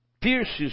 pierces